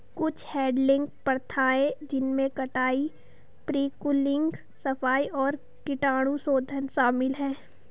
कुछ हैडलिंग प्रथाएं जिनमें कटाई, प्री कूलिंग, सफाई और कीटाणुशोधन शामिल है